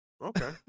okay